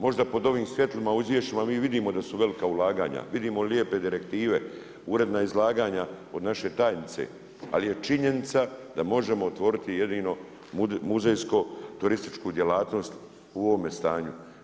Možda pod ovim svjetlima u izvješćima mi vidimo da su velika ulaganja, vidimo lijepe direktive, uredna izlaganja od naše tajnice ali je činjenica da možemo otvoriti jedino muzejsko turističku djelatnost u ovome stanju.